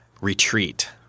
retreat